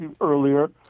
earlier